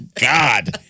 god